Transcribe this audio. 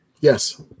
Yes